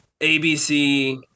ABC